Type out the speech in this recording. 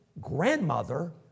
grandmother